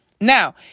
Now